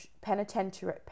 Penitentiary